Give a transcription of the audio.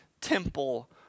temple